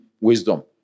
wisdom